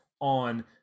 on